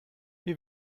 wie